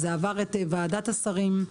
זה עבר את ועדת השרים.